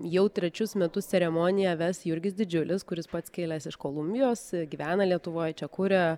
jau trečius metus ceremoniją ves jurgis didžiulis kuris pats kilęs iš kolumbijos gyvena lietuvoj čia kuria